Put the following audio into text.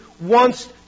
wants